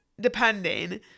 depending